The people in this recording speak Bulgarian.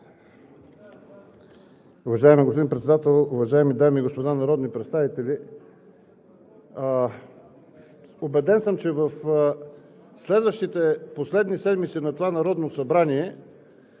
Уважаеми господин Председател, уважаеми дами и господа народни представители! Убеден съм, че в следващите последни седмици на това Народно събрание